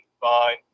fine